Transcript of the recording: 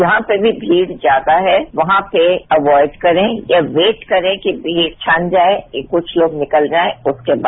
जहां पर भी भीड़ ज्यादा है वहां पर अवाइड करें या वेट करें कि भीड़ छन जाएं कि कुछ लोग निकल जाएं उसके बाद